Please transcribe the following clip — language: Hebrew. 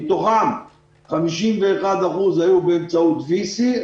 מתוכם 51% היו באמצעות וי-סי,